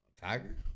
Tiger